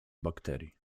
bakterii